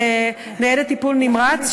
ניידת טיפול נמרץ,